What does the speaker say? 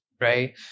Right